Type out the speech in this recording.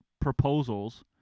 proposals